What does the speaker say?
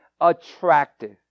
attractive